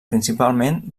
principalment